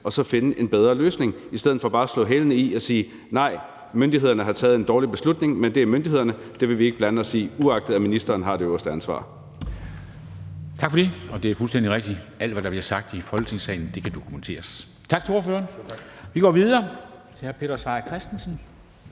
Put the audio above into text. og så finde en bedre løsning i stedet for bare at slå hælene i og sige: Nej, myndighederne har taget en dårlig beslutning. Men det er myndighederne; det vil vi ikke blande os i, uagtet at ministeren har det øverste ansvar. Kl. 14:22 Formanden (Henrik Dam Kristensen): Det er fuldstændig rigtigt, at alt, hvad der bliver sagt i Folketingssalen, dokumenteres. Tak til ordføreren. Og vi går videre til hr. Peter Seier Christensen,